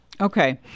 Okay